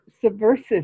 subversive